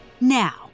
now